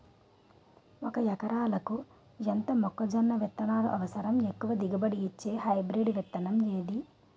ఒక ఎకరాలకు ఎంత మొక్కజొన్న విత్తనాలు అవసరం? ఎక్కువ దిగుబడి ఇచ్చే హైబ్రిడ్ విత్తనం ఏది?